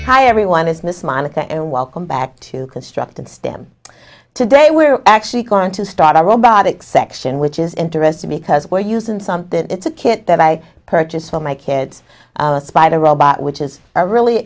hi everyone is miss monica and welcome back to construct and stem today we're actually going to start a robotic section which is interesting because we're using something it's a kit that i purchased for my kids spider robot which is a really